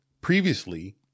previously